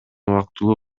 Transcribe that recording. убактылуу